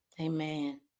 Amen